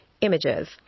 images